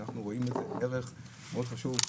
אנחנו רואים בזה ערך מאוד חשוב.